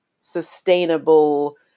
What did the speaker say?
sustainable